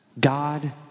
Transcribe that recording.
God